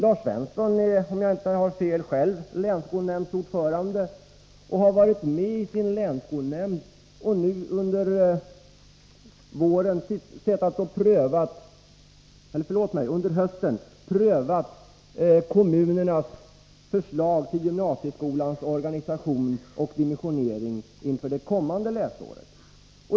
Lars Svensson är, om jag inte har fel, själv länsskolnämndsordförande, och han har under hösten suttit i sin länsskolnämnd och prövat kommunernas förslag till gymnasieskolans organisation och dimensionering inför det kommande läsåret.